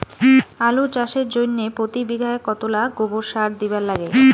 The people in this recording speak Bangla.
আলু চাষের জইন্যে প্রতি বিঘায় কতোলা গোবর সার দিবার লাগে?